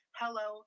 hello